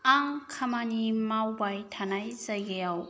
आं खामानि मावबाय थानाय जायगायाव